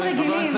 רגע,